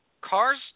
Cars